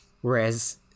Whereas